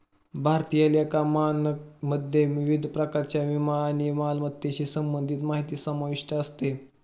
भारतीय लेखा मानकमध्ये विविध प्रकारच्या विमा आणि मालमत्तेशी संबंधित माहिती समाविष्ट असते